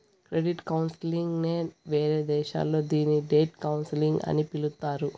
credit counselling నే వేరే దేశాల్లో దీన్ని డెట్ కౌన్సిలింగ్ అని పిలుత్తారు